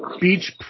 Beach